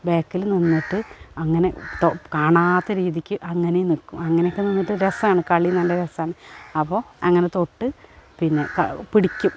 ബാക്കിൽ നിന്നിട്ട് അങ്ങനെ തൊ കാണാത്ത രീതിക്ക് അങ്ങനെ നിൽക്കും അങ്ങനെയൊക്കെ നിന്നിട്ടു രസമാണ് കളി നല്ല രസമാണ് അപ്പോൾ അങ്ങനെ തൊട്ടു പിന്നെ ക പിടിക്കും